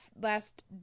last